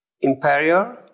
imperial